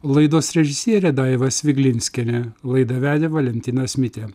laidos režisierė daiva sviglinskienė laidą vedė valentinas mitė